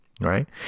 Right